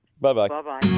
bye-bye